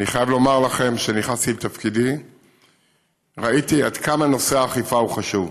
אני חייב לומר לכם שכשנכנסתי לתפקידי ראיתי עד כמה נושא האכיפה חשוב.